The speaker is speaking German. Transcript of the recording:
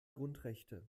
grundrechte